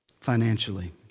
financially